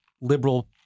liberal